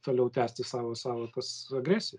toliau tęsti savo savo tas agresiją